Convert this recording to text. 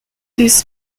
this